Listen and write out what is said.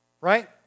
right